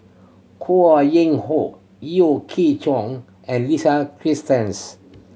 Ho Yuen Hoe Yeo Chee Kiong and Lisa